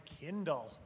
Kindle